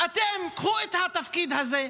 קחו אתם את התפקיד הזה,